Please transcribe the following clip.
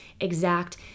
exact